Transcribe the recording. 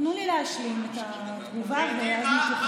תנו לי להשלים את התגובה ואז נתייחס.